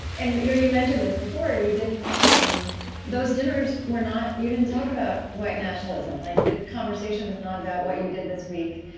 and you know you mentioned this before you didn't um those dinners were not you didn't talk about white nationalism like the conversation was not about what you did this week.